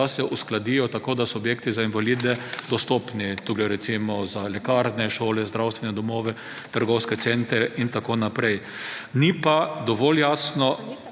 da se uskladijo, tako da so objekti za invalide dostopni. Tu gre recimo za lekarne, šole, zdravstvene domove, trgovske centre in tako naprej. Ni pa dovolj jasno